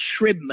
Shribman